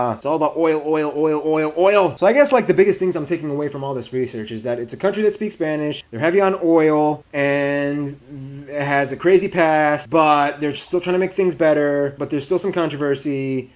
um it's all about oil, oil, oil, oil, oil! so i guess like the biggest things i'm taking away from all this research is that it's a country that speaks spanish, they're heavy on oil, and it has a crazy past. but they're still trying to make things better. but there's still some controversey.